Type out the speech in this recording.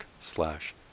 slash